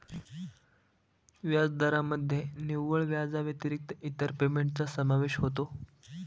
व्याजदरामध्ये निव्वळ व्याजाव्यतिरिक्त इतर पेमेंटचा समावेश होतो